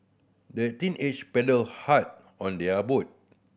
the teenager paddled hard on their boat